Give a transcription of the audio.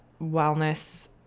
wellness